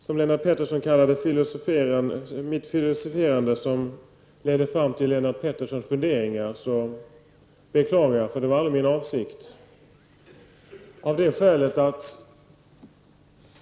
Fru talman! Om det var mitt, som Lennart Pettersson kallade det, filosoferande som ledde fram till Lennart Petterssons funderingar beklagar jag, eftersom det aldrig var min avsikt.